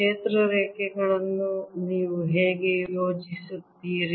ಕ್ಷೇತ್ರ ರೇಖೆಗಳನ್ನು ನೀವು ಹೇಗೆ ಯೋಜಿಸುತ್ತೀರಿ